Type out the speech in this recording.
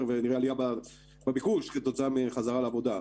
ונראה עליה בביקוש כתוצאה מחזרה לעבודה,